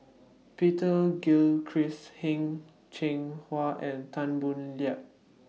Peter Gilchrist Heng Cheng Hwa and Tan Boo Liat